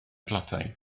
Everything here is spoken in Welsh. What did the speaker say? tlotai